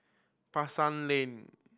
Pasar Lane